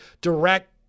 direct